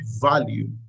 value